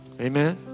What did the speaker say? Amen